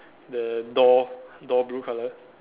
the door door blue colour